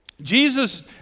Jesus